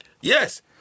Yes